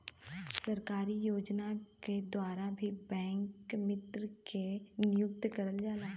सरकारी योजना के द्वारा भी बैंक मित्र के नियुक्ति करल जाला